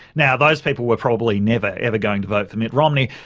now those people were probably never ever going to vote for mitt romney,